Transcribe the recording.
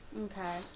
Okay